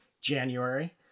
January